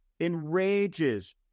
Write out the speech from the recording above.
enrages